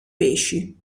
pesci